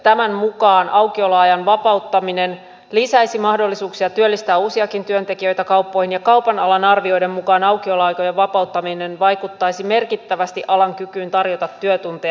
tämän mukaan aukioloajan vapauttaminen lisäisi mahdollisuuksia työllistää uusiakin työntekijöitä kauppoihin ja kaupan alan arvioiden mukaan aukioloaikojen vapauttaminen vaikuttaisi merkittävästi alan kykyyn tarjota työtunteja